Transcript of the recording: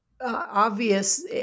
obvious